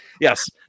Yes